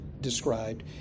described